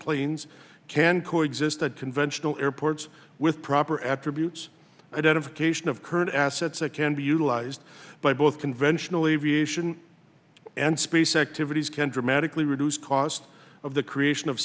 planes can co exist that conventional airports with proper attributes identification of current assets that can be utilized by both conventionally reaction and space activities can dramatically reduce costs of the creation of